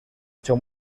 hecho